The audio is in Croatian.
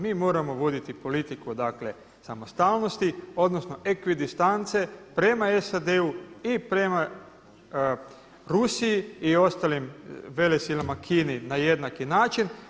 Mi moramo voditi politiku, dakle samostalnosti odnosno ekvidistance prema SAD-u i prema Rusiji i ostalim velesilama Kini na jednaki način.